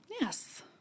Yes